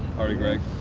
harry gregg.